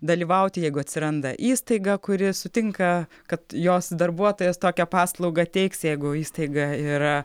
dalyvauti jeigu atsiranda įstaiga kuri sutinka kad jos darbuotojas tokią paslaugą teiks jeigu įstaiga yra